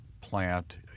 plant